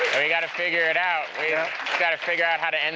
i mean got to figure it out. we've yeah got to figure out how to end